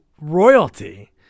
royalty